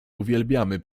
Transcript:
uwielbiamy